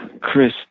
Chris